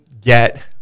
get